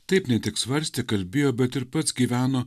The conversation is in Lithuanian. taip ne tik svarstė kalbėjo bet ir pats gyveno